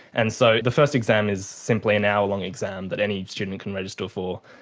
and so the first exam is simply an hour-long exam that any student can register for,